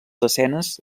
escenes